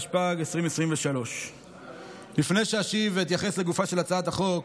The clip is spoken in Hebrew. התשפ"ג 2023 לפני שאשיב ואתייחס להצעת החוק,